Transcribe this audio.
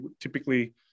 typically